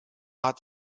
hat